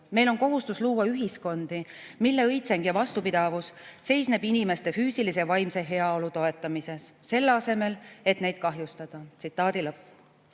Meil on kohustus luua ühiskondi, mille õitseng ja vastupidavus seisneb inimeste füüsilise ja vaimse heaolu toetamises, selle asemel, et neid kahjustada."Vaimse